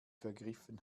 vergriffen